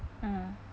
ah